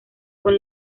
con